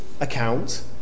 account